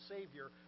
Savior